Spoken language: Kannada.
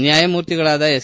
ನ್ನಾಯಮೂರ್ತಿಗಳಾದ ಎಸ್